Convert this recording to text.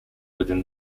within